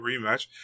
rematch